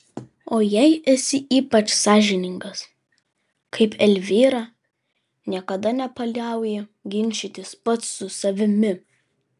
o jei esi ypač sąžiningas kaip elvyra niekada nepaliauji ginčytis pats su savimi